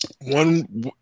One